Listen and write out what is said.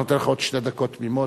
אני נותן לך עוד שתי דקות תמימות.